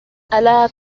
ألا